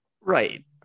Right